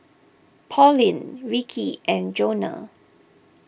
Pauline Ricky and Jonah